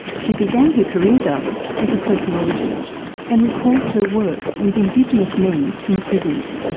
she began her career though as a sociologist and recalls her work with indigenous men in prisons.